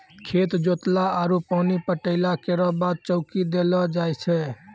खेत जोतला आरु पानी पटैला केरो बाद चौकी देलो जाय छै?